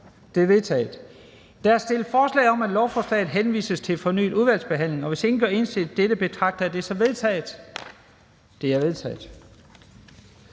De er vedtaget. Der er stillet forslag om, at lovforslaget henvises til fornyet udvalgsbehandling, og hvis ingen gør indsigelse mod dette, betragter jeg det som vedtaget. Det er vedtaget.